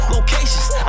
Locations